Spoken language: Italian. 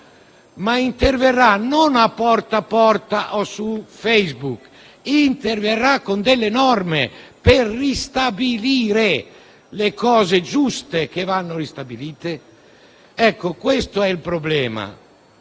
di intervenire a «Porta a Porta» o su Facebook, ma con delle norme per ristabilire le cose giuste che vanno ristabilite. Questo è il problema.